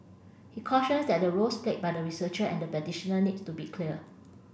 he cautions that the roles played by the researcher and the practitioner needs to be clear